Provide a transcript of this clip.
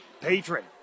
Patron